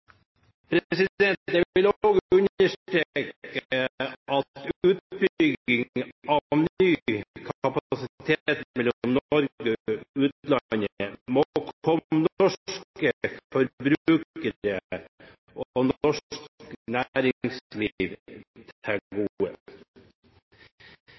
Jeg vil også understreke at utbygging av ny kapasitet mellom Norge og utlandet må komme norske forbrukere og norsk næringsliv